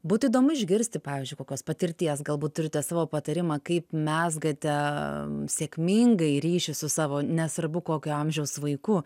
būtų įdomu išgirsti pavyzdžiui kokios patirties galbūt turite savo patarimą kaip mezgate sėkmingai ryšį su savo nesvarbu kokio amžiaus vaiku